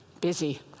Busy